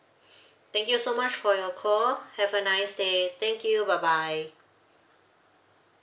thank you so much for your call have a nice day thank you bye bye